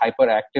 hyperactive